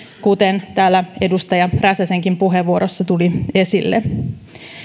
kuten täällä edustaja räsäsenkin puheenvuorossa tuli esille